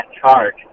charge